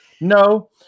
No